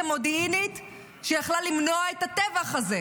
מודיעינית שיכלה למנוע את הטבח הזה